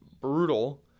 brutal